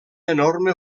enorme